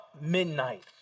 midnight